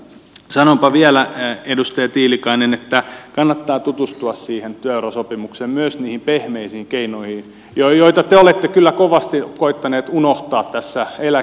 sanonpa vielä edustaja tiilikainen että kannattaa tutustua siihen työurasopimukseen myös niihin pehmeisiin keinoihin joita te olette kyllä kovasti koettanut unohtaa tässä eläkeiän pakkonostokiimassa